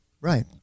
Right